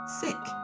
sick